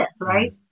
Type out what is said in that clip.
right